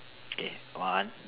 okay one